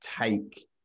take